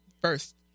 first